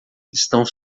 estão